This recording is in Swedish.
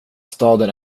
staden